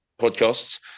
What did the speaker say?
podcasts